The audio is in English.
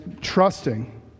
trusting